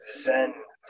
zen